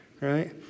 Right